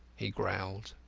he growled.